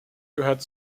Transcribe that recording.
gehört